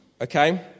Okay